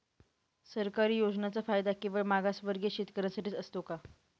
सरकारी योजनांचा फायदा केवळ मागासवर्गीय शेतकऱ्यांसाठीच असतो का?